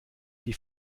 die